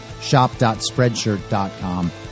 shop.spreadshirt.com